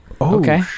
okay